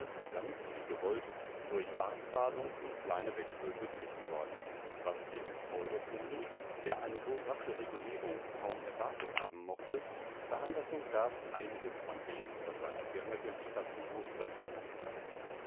ganz wie gewollt durch baarzahlung und kleine wechsel beglichen worden was dem